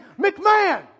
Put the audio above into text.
McMahon